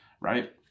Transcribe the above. Right